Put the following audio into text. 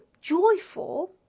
joyful